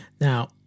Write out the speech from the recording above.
Now